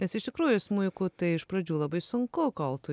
nes iš tikrųjų smuiku tai iš pradžių labai sunku kol tu